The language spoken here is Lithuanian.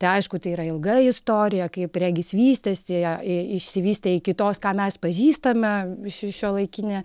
tai aišku tai yra ilga istorija kaip regis vystėsi išsivystė iki tos ką mes pažįstame ši šiuolaikinė